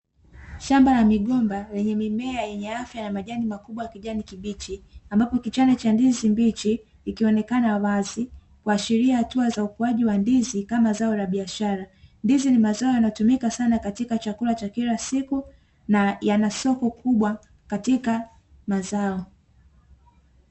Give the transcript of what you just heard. Shamba la migomba lenye mimea yenye afya na majani makubwa yakijani kibichi ambapo kichane cha ndizi mbichi kikionekana wazi kuashiria hatua za ukuwaji wa ndizi kama zao la biashara. Ndizi ni mazao yanayotumika sana katika chakula cha kila siku na yanasoko kubwa katika mazao.